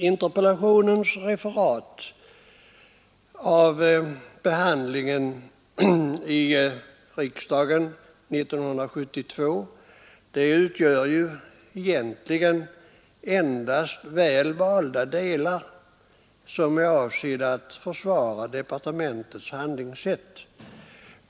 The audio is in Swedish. Interpellationssvarets referat av behandlingen i riksdagen 1972 utgör egentligen endast väl valda delar som är avsedda att försvara departementets handlingssätt.